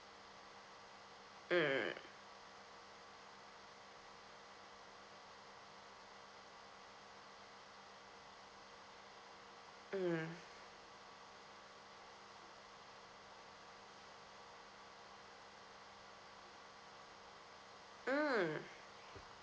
mm mm mm